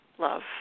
love